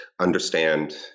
understand